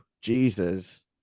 jesus